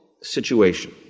situation